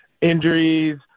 Injuries